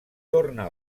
torna